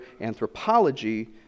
anthropology